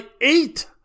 eight